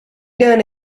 done